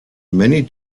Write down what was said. many